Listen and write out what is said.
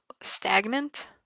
stagnant